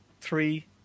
three